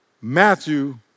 Matthew